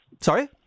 Sorry